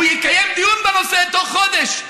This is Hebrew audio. והוא יקיים דיון בנושא תוך חודש.